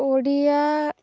Odia